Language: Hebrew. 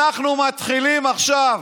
אנחנו מתחילים עכשיו